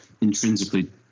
intrinsically